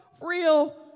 real